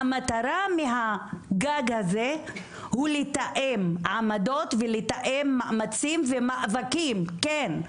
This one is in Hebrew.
המטרה מהגג הזה הוא לתאם עמדות ולתאם מאמצים ומאבקים כן,